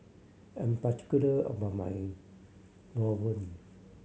I'm particular about my rawon